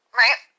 right